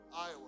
Iowa